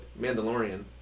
Mandalorian